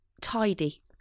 tidy